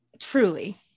truly